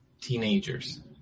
teenagers